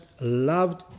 loved